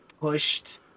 pushed